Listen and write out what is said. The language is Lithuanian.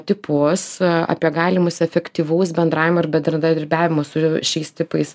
tipus apie galimus efektyvaus bendravimo ir bendradarbiavimo su šiais tipais